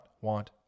want